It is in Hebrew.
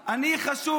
האחר.